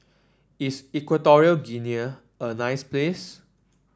is Equatorial Guinea a nice place